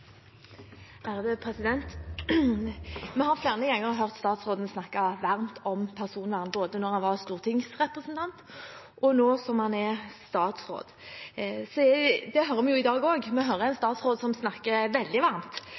Vi har flere ganger hørt statsråden snakke varmt om personvern, både da han var stortingsrepresentant, og nå som han er statsråd. Det hører vi i dag også. Vi hører en statsråd som snakker veldig varmt